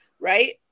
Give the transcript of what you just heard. Right